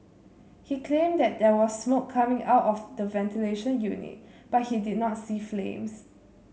he claimed that there was smoke coming out of the ventilation unit but he did not see flames